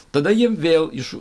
tada jie vėl iš